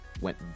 went